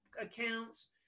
accounts